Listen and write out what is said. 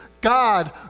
God